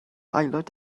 aelod